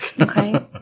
Okay